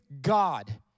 God